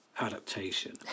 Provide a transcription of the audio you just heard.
Adaptation